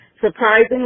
Surprisingly